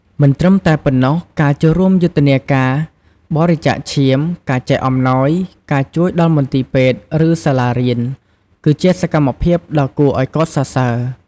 មិនត្រឹមតែប៉ុណ្ណោះ ការចូលរួមយុទ្ធនាការបរិច្ចាគឈាម ការចែកអំណោយ ការជួយដល់មន្ទីរពេទ្យ ឬសាលារៀន គឺជាសកម្មភាពដ៏គួរឱ្យកោតសរសើរ។